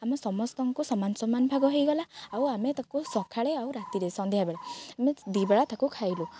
ଆମେ ସମସ୍ତଙ୍କୁ ସମାନ ସମାନ ଭାଗ ହେଇଗଲା ଆଉ ଆମେ ତାକୁ ସକାଳେ ଆଉ ରାତିରେ ସନ୍ଧ୍ୟାବେଳେ ଆମେ ଦି ବେଳା ତାକୁ ଖାଇଲୁ